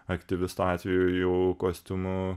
aktyvistų atveju jau kostiumų